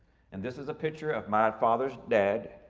and this is a picture of my father's dad,